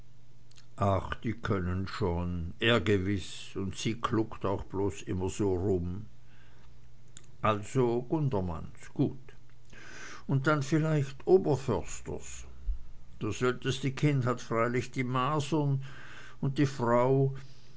ach die können schon er gewiß und sie kluckt auch bloß immer so rum also gundermanns gut und dann vielleicht oberförsters das älteste kind hat freilich die masern und die frau